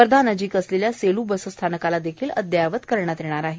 वर्धा नजीक असलेल्या सेल् बसस्थानकाला देखील अद्ययावत करण्यात येणार आहे